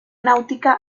náutica